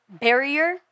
barrier